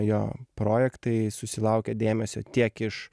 jo projektai susilaukia dėmesio tiek iš